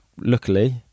luckily